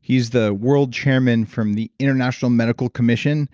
he's the world chairman from the international medical commission